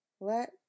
Let